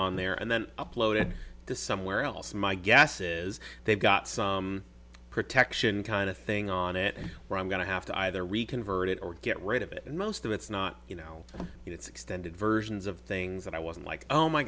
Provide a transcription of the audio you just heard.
on there and then upload it to somewhere else my gasses they've got some protection kind of thing on it and i'm going to have to either reconvert it or get rid of it and most of it's not you know it's extended versions of things that i wasn't like oh my